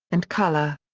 and color.